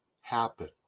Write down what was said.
happen